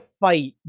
fight